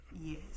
Yes